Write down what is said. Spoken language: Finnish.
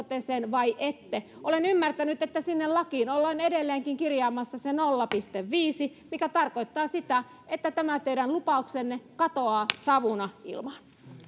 te sen vai ette olen ymmärtänyt että sinne lakiin ollaan edelleenkin kirjaamassa se nolla pilkku viisi mikä tarkoittaa sitä että tämä teidän lupauksenne katoaa savuna ilmaan